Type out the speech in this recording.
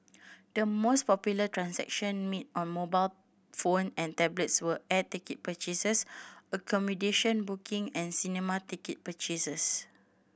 the most popular transaction made on mobile phone and tablets were air ticket purchases accommodation booking and cinema ticket purchases